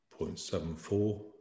0.74